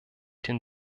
den